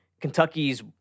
Kentucky's